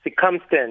circumstance